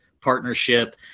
partnership